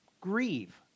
Grieve